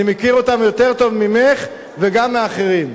אני מכיר אותם יותר טוב ממך וגם מאחרים.